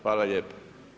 Hvala lijepa.